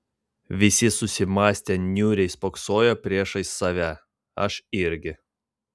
visi susimąstę niūriai spoksojo priešais save aš irgi